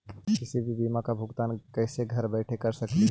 किसी भी बीमा का भुगतान कैसे घर बैठे कैसे कर स्कली ही?